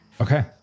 Okay